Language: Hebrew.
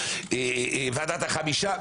ועדת החמישה,